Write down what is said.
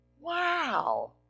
Wow